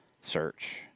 search